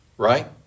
Right